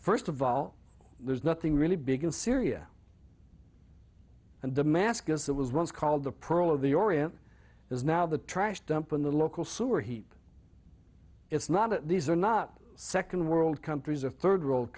first of all there's nothing really big in syria and damascus that was once called the pearl of the orient is now the trash dump in the local sewer heap it's not these are not second world countries of third world